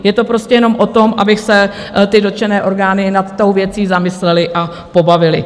Je to prostě jenom o tom, aby se dotčené orgány nad tou věcí zamyslely a pobavily.